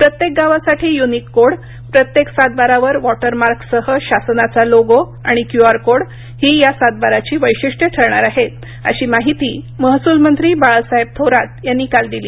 प्रत्येक गावासाठी unique code प्रत्येक सात बारावर वॉटर मार्कसह शासनाचा लोगो आणि क्यूआर कोड ही या सातबाराची वैशिष्ट्य ठरणार आहेत अशी महिती महसूलमंत्री बाळासाहेब थोरात यांनी काल दिली